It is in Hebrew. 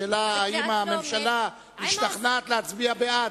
השאלה האם הממשלה משתכנעת להצביע בעד.